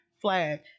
flag